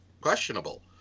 questionable